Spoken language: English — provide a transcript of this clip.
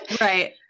Right